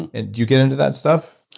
and and do you get into that stuff?